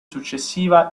successiva